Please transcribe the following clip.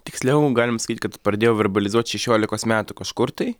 tiksliau galim sakyti kad pradėjau verbalizuot šešiolikos metų kažkur tai